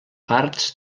parts